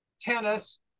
tennis